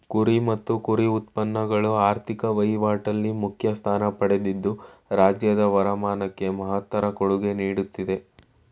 ಕುರಿ ಮತ್ತು ಕುರಿ ಉತ್ಪನ್ನಗಳು ಆರ್ಥಿಕ ವಹಿವಾಟಲ್ಲಿ ಮುಖ್ಯ ಸ್ಥಾನ ಪಡೆದಿದ್ದು ರಾಜ್ಯದ ವರಮಾನಕ್ಕೆ ಮಹತ್ತರ ಕೊಡುಗೆ ನೀಡ್ತಿದೆ